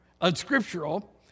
Unscriptural